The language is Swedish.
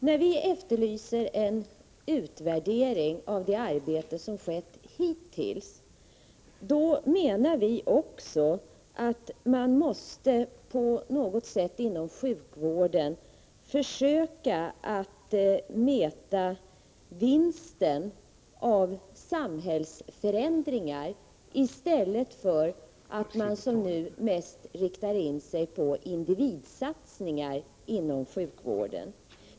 När vi efterlyser en utvärdering av det arbete som skett hittills, menar vi också att man inom sjukvården måste försöka att på något sätt mäta vinsten av samhällsförändringar ställd mot individsatsningar inom sjukvården.